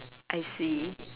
I see